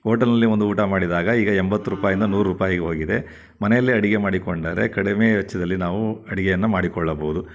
ಹೋಟೆಲ್ನಲ್ಲಿ ಒಂದು ಊಟ ಮಾಡಿದಾಗ ಈಗ ಎಂಬತ್ತು ರೂಪಾಯಿಂದ ನೂರು ರೂಪಾಯ್ಗೆ ಹೋಗಿದೆ ಮನೆಯಲ್ಲೇ ಅಡಿಗೆ ಮಾಡಿಕೊಂಡರೆ ಕಡಿಮೆ ವೆಚ್ಚದಲ್ಲಿ ನಾವು ಅಡಿಗೆಯನ್ನು ಮಾಡಿಕೊಳ್ಳಬೋದು